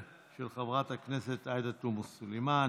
של חברת הכנסת עאידה תומא סלימאן,